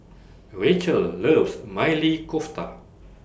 Rachael loves Maili Kofta